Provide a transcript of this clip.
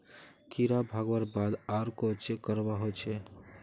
कीड़ा भगवार बाद आर कोहचे करवा होचए?